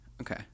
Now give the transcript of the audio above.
Okay